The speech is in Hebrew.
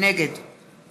נגד